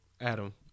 Adam